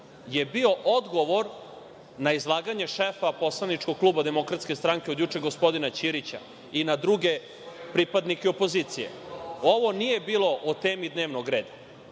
je bio odgovor na izlaganje šefa poslaničkog kluba Demokratske stranke od juče gospodina Ćirića i na druge pripadnike opozicije. Ovo nije bilo o temi dnevnog reda. Ne